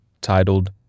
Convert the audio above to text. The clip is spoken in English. titled